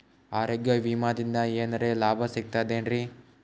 ಆರೋಗ್ಯ ವಿಮಾದಿಂದ ಏನರ್ ಲಾಭ ಸಿಗತದೇನ್ರಿ?